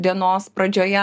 dienos pradžioje